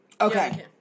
Okay